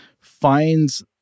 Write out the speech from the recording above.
finds—